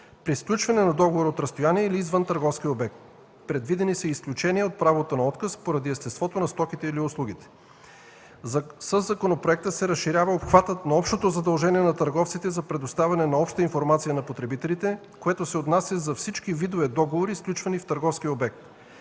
при сключване на договор от разстояние или извън търговския обект. Предвидени са и изключения от правото на отказ, поради естеството на стоките или услугите. Със законопроекта се разширява обхватът на общото задължение на търговците за предоставяне на обща информация на потребителите, което се отнася за всички видове договори, сключвани в търговския обект.